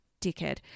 dickhead